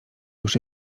już